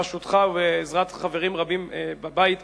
בראשותך ובעזרת חברים רבים בבית,